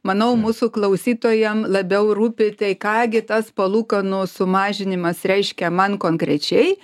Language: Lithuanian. manau mūsų klausytojam labiau rūpi tai ką gi tas palūkanų sumažinimas reiškia man konkrečiai